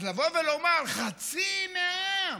אז לבוא ולומר: חצי מהעם,